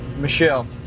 Michelle